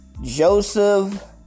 Joseph